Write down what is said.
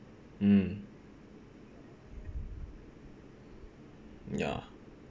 mm ya